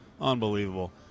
unbelievable